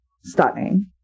stunning